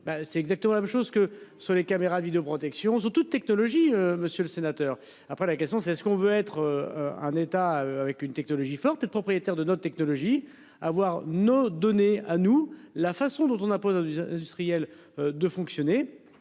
c'est exactement même chose que sur les caméras de vidéoprotection toute technologie, monsieur le sénateur, après la question, c'est ce qu'on veut être un État avec une technologie forte propriétaire de notre technologie à voir nos données à nous, la façon dont on a impose des industriels de fonctionner.